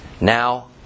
Now